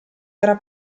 era